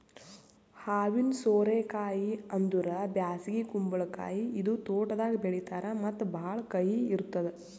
ಹಾವಿನ ಸೋರೆ ಕಾಯಿ ಅಂದುರ್ ಬ್ಯಾಸಗಿ ಕುಂಬಳಕಾಯಿ ಇದು ತೋಟದಾಗ್ ಬೆಳೀತಾರ್ ಮತ್ತ ಭಾಳ ಕಹಿ ಇರ್ತುದ್